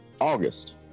August